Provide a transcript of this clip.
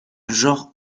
genre